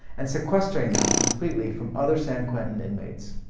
and sequestering them completely from other san quentin inmates.